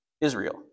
Israel